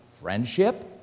Friendship